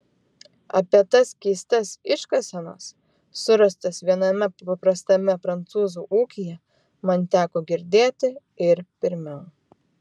apie tas keistas iškasenas surastas viename paprastame prancūzų ūkyje man teko girdėti ir pirmiau